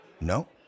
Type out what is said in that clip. No